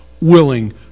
willing